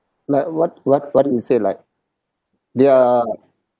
like what what what you say like they are